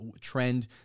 trend